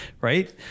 Right